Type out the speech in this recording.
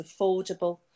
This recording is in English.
affordable